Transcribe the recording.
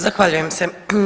Zahvaljujem se.